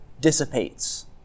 dissipates